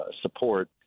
support